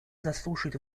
заслушает